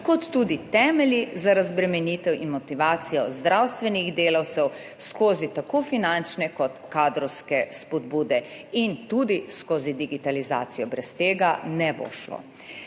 kot tudi temelji za razbremenitev in motivacijo zdravstvenih delavcev skozi tako finančne kot kadrovske spodbude in tudi skozi digitalizacijo - brez tega ne bo šlo.